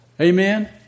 Amen